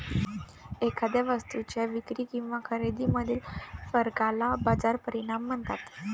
एखाद्या वस्तूच्या विक्री किंवा खरेदीमधील फरकाला बाजार परिणाम म्हणतात